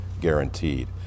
guaranteed